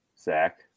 Zach